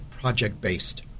project-based